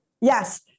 yes